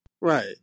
Right